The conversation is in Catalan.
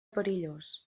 perillós